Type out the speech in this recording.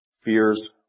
fears